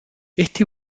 este